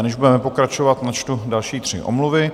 Než budeme pokračovat, načtu další tři omluvy.